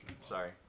sorry